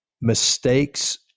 mistakes